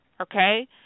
okay